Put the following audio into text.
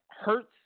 hurts